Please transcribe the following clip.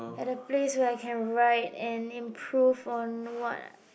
at a place where I can write and improve on what